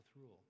rule